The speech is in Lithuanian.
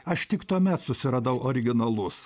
aš tik tuomet susiradau originalus